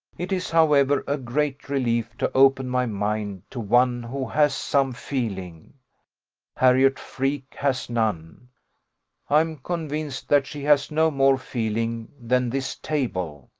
it is, however, a great relief to open my mind to one who has some feeling harriot freke has none i am convinced that she has no more feeling than this table.